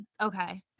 Okay